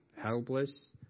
helpless